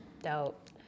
Dope